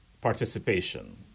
participation